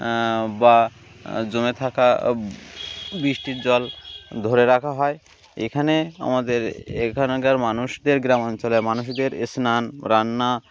বা জমে থাকা বৃষ্টির জল ধরে রাখা হয় এখানে আমাদের এখানকার মানুষদের গ্রামাঞ্চলে মানুষদের স্নান রান্না